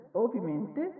ovviamente